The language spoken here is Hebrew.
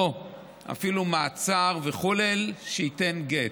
או אפילו מעצר וכו', שייתן גט.